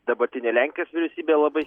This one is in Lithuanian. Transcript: dabartinė lenkijos valstybė labai